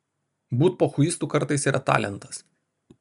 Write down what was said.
būt pochuistu kartais yra talentas